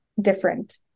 different